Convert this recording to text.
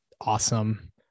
Awesome